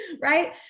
right